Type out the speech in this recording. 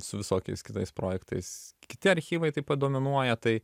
su visokiais kitais projektais kiti archyvai taip pat dominuoja tai